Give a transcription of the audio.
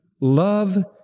love